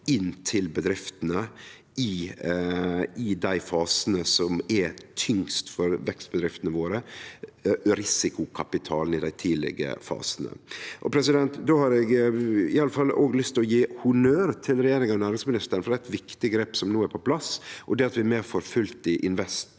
inn til bedriftene i dei fasane som er tyngst for vekstbedriftene våre – risikokapital i dei tidlege fasane. Eg har lyst til å gje honnør til regjeringa og næringsministeren for eit viktig grep som no er på plass, og det er at vi er med for fullt i InvestEU,